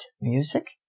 music